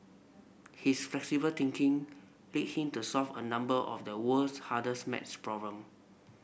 his flexible thinking lead him to solve a number of the world's hardest maths problem